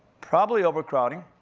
probably overcrowding.